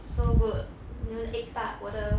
so good you know the egg tart 我的